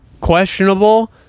questionable